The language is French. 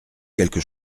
quelque